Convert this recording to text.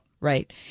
Right